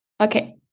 Okay